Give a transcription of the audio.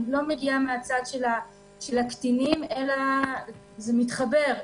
אני לא מגיעה מהצד של הקטינים, זה מתחבר,